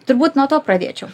turbūt nuo to pradėčiau